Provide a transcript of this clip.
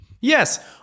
Yes